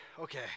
okay